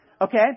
okay